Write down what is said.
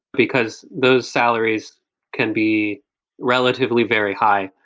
because those salaries can be relatively very high,